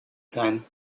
sein